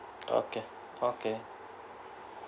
okay okay